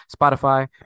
spotify